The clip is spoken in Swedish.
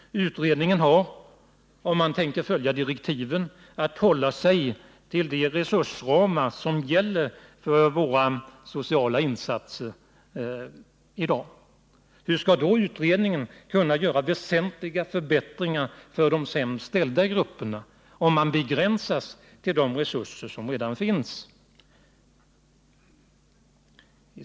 Utredningen har enligt direktiven att hålla sig inom de resursramar som vi i dag har för våra sociala insatser. Hur skall utredningen kunna föreslå väsentliga förbättringar för de sämst ställda grupperna, om insatserna skall begränsas till de resurser som redan finns?